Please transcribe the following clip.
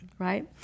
right